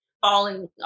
falling